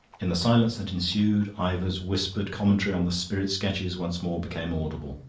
in the silence that ensued ivor's whispered commentary on the spirit sketches once more became audible.